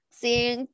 seeing